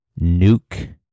Nuke